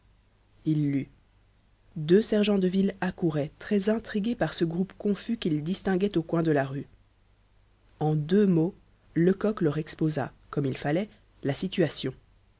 deux sergents de ville accouraient très intrigues par ce groupe confus qu'ils distinguaient au coin de la rue en deux mots lecoq leur exposa comme il fallait la situation